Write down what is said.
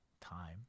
time